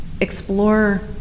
explore